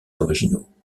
originaux